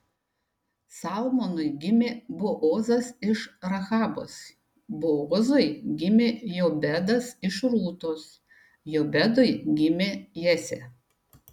salmonui gimė boozas iš rahabos boozui gimė jobedas iš rūtos jobedui gimė jesė